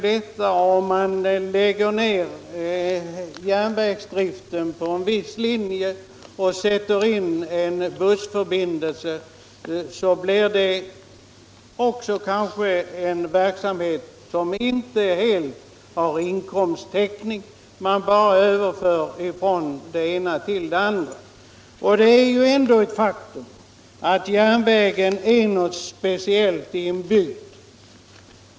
Lägger man ner järnvägsdriften på en viss linje och sätter in en bussförbindelse, så blir detta kanske också en verksamhet som inte helt har inkomsttäckning — det sker bara en överföring från det ena till det andra. Det är ändå ett faktum att järnvägen är något speciellt i en bygd.